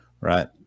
Right